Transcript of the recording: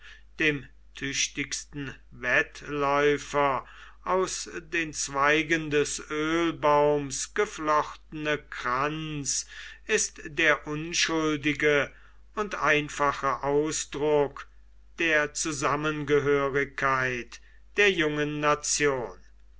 dem tüchtigsten wettläufer aus den zweigen des ölbaums geflochtene kranz ist der unschuldige und einfache ausdruck der zusammengehörigkeit der jungen nation